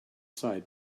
side